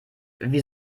wie